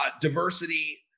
diversity